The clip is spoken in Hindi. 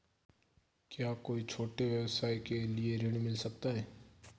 क्या कोई छोटे व्यवसाय के लिए ऋण मिल सकता है?